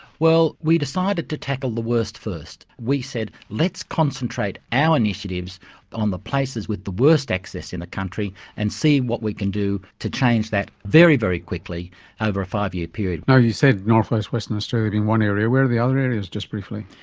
well, we decided to tackle the worst first. we said let's concentrate our initiatives on the places with the worst access in the country and see what we can do to change that very, very quickly over a five-year period. you said north-west western australia being one area. where are the other areas, just briefly?